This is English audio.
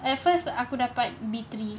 at first the aku dapat B three